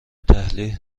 تحلیل